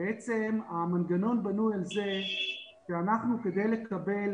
בעצם המנגנון בנוי על זה שאנחנו כדי לקבל